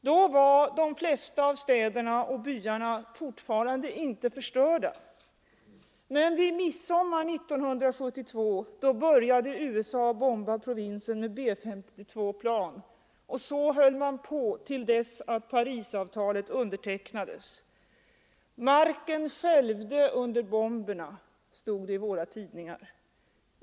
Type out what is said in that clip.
Då var de flesta städerna och byarna ännu inte förstörda. Men vid midsommar 1972 började USA bomba provinsen med B 52-plan, och så höll man på till dess att Parisavtalet undertecknades. Marken skälvde under bomberna, kunde vi läsa i våra tidningar.